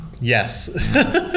Yes